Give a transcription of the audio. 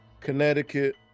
Connecticut